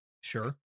Sure